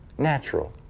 natural.